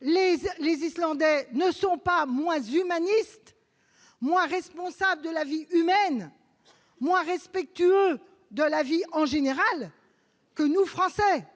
les Islandais ne sont pas moins humanistes, moins soucieux de la vie humaine, moins respectueux de la vie en général que nous, Français.